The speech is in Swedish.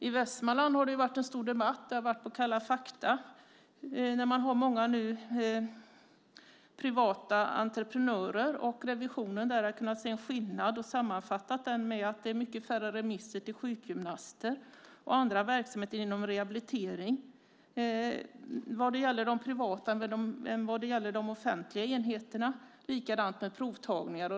I Västmanland har det varit en stor debatt. Det har tagits upp i Kalla fakta. Där har man nu många privata entreprenörer. Revisorerna där har kunnat se en skillnad och sammanfattar den med att det blivit mycket färre remisser till sjukgymnaster och andra verksamheter för rehabilitering inom de privata än inom de offentliga enheterna. Likadant är det med provtagningar.